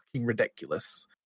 ridiculous